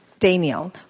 Daniel